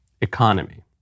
Economy